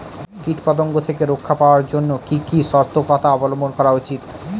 কীটপতঙ্গ থেকে রক্ষা পাওয়ার জন্য কি কি সর্তকতা অবলম্বন করা উচিৎ?